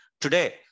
Today